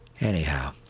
Anyhow